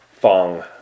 fong